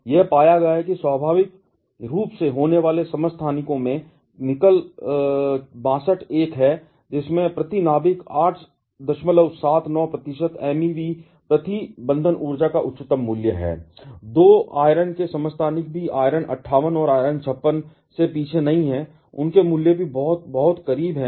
यह पाया गया है कि स्वाभाविक रूप से होने वाले समस्थानिकों में निकल 62 एक है जिसमें प्रति नाभिक 879 MeV प्रति बंधन ऊर्जा का उच्चतम मूल्य है 2 आयरन के समस्थानिक भी आयरन 58 और आयरन 56 से पीछे नहीं हैं उनके मूल्य भी बहुत बहुत करीब हैं